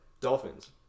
Dolphins